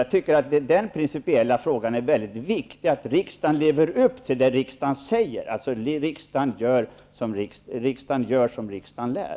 Det är principiellt mycket viktigt att riksdagen lever upp till det riksdagen säger, dvs. att riksdagen gör som riksdagen lär.